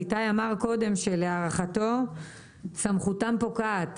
איתי אמר קודם שלהערכתו סמכותם פוקעת.